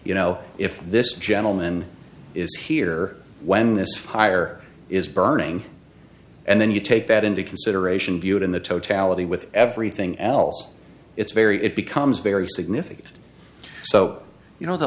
you know if this gentleman is here when this fire is burning and then you take that into consideration viewed in the totality with everything else it's very it becomes very significant so you know the